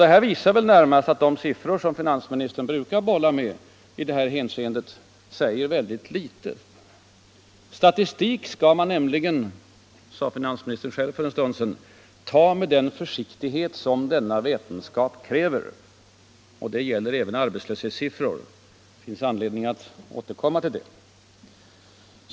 Detta visar väl närmast att de siffror som finansministern brukar bolla med i det här hänseendet säger väldigt litet. Statistik skall man nämligen — det sade finansministern själv för en stund sedan — ta med den försiktighet denna vetenskap kräver, och det gäller även arbetslöshetssiffror. Det finns anledning att återkomma till det.